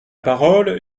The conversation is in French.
parole